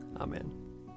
Amen